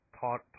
taught